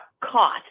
caught